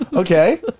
Okay